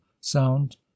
sound